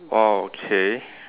okay